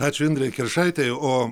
ačiū indrei kiršaitei o